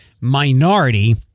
minority